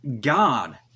God